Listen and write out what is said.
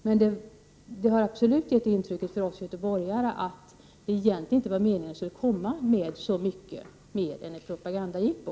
Men vi göteborgare har absolut fått intrycket att det egentligen inte var meningen att det skulle komma ut så mycket mer än ett propagandajippo.